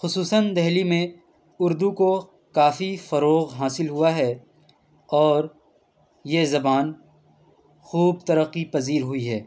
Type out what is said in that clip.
خصوصاً دہلی میں اُردو کو کافی فروغ حاصل ہوا ہے اور یہ زبان خوب ترقّی پذیر ہوئی ہے